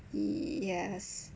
yes